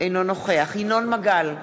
אינו נוכח ינון מגל,